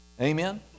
Amen